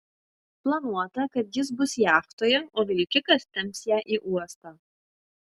planuota kad jis bus jachtoje o vilkikas temps ją į uostą